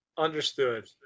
Understood